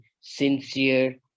sincere